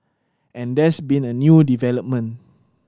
and there's been a new development